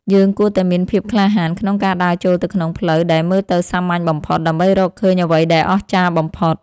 យើងគួរតែមានភាពក្លាហានក្នុងការដើរចូលទៅក្នុងផ្លូវដែលមើលទៅសាមញ្ញបំផុត ដើម្បីរកឃើញអ្វីដែលអស្ចារ្យបំផុត។